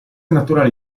naturali